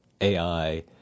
AI